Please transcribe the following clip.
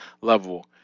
level